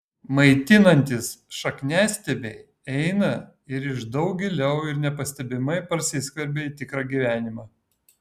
maitinantys šakniastiebiai eina ir iš daug giliau ir nepastebimai prasiskverbia į tikrą gyvenimą